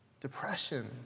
depression